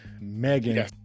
megan